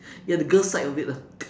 you're the girl side of it lah